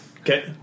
Okay